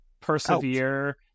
persevere